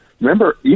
remember